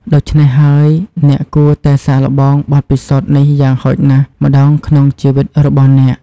ដូច្នេះហើយ អ្នកគួរតែសាកល្បងបទពិសោធន៍នេះយ៉ាងហោចណាស់ម្តងក្នុងជីវិតរបស់អ្នក។